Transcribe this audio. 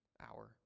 hour